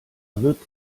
wird